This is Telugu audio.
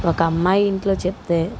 ఒక అమ్మాయి ఇంట్లో చెప్తే